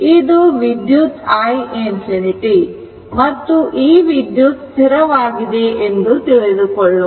ಇದು ವಿದ್ಯುತ್ i ∞ ಮತ್ತು ಈ ವಿದ್ಯುತ್ ಸ್ಥಿರವಾಗಿದೆ ಎಂದು ತಿಳಿದುಕೊಳ್ಳೋಣ